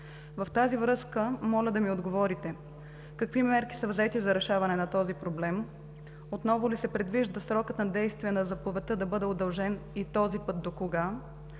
В тази връзка моля да ми отговорите: какви мерки са взети за решаване на този проблем? Отново ли се предвижда срокът на действие на заповедта да бъде удължен и този път докога?